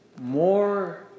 more